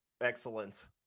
excellence